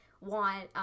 want